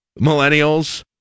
millennials